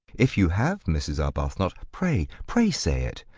if you have, mrs. arbuthnot, pray, pray say it.